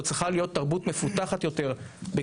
זו צריכה להיות תרבות מפותחת יותר בקרב